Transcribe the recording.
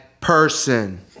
person